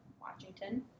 washington